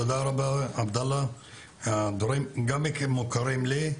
תודה רבה עבדאללה, הדברים מוכרים לי.